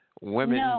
Women